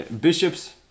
bishops